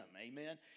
Amen